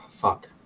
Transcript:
Fuck